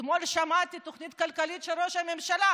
אתמול שמעתי את התוכנית הכלכלית של ראש הממשלה.